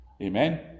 Amen